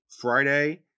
Friday